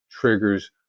triggers